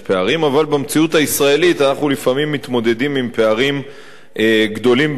אבל במציאות הישראלית אנחנו לפעמים מתמודדים עם פערים גדולים במיוחד.